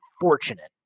fortunate